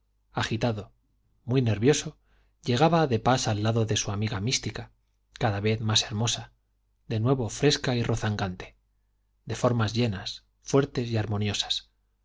agitado muy nervioso llegaba de pas al lado de su amiga mística cada vez más hermosa de nuevo fresca y rozagante de formas llenas fuertes y armoniosas